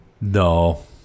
No